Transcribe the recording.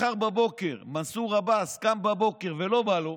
מחר בבוקר מנסור עבאס קם בבוקר ולא בא לו,